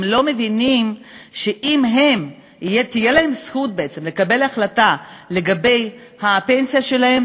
הם לא מבינים שאם תהיה להם זכות לקבל החלטה לגבי הפנסיה שלהם